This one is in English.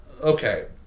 Okay